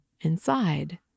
inside